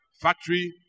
factory